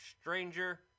stranger